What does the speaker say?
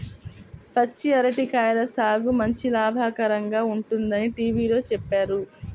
పచ్చి అరటి కాయల సాగు మంచి లాభకరంగా ఉంటుందని టీవీలో చెప్పారు